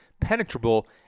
penetrable